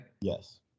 Yes